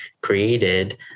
created